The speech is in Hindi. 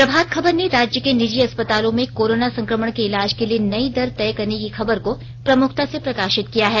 प्रभार्त खबर ने राज्य के निजी अस्पतालों में कोरोना संक्रमण के इलाज के लिए नई दर तय करने की खबर को प्रमुखता से प्रकाशित किया है